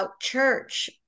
church